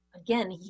Again